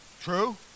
True